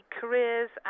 careers